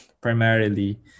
primarily